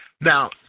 Now